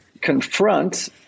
confront